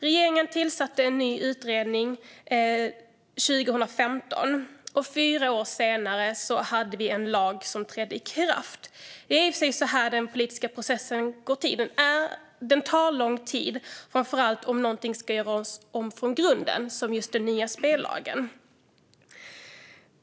Regeringen tillsatte en ny utredning 2015. Fyra år senare hade vi en lag som trädde i kraft. Det är i och för sig så här den politiska processen går till. Den tar lång tid, framför allt om någonting ska göras om från grunden, som med den nya spellagen.